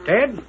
Ted